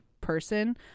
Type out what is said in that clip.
person